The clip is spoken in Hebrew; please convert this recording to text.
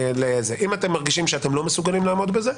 אם אתם מרגישים שאתם לא מסוגלים לעמוד בזה,